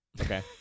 Okay